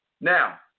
Now